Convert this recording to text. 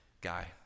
guy